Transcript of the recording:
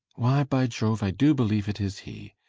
why, by jove, i do believe it is he.